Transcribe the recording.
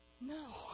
No